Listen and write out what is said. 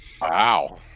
Wow